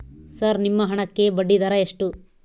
Sir ನಿಮ್ಮ ಹಣಕ್ಕೆ ಬಡ್ಡಿದರ ಎಷ್ಟು?